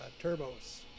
turbos